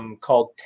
called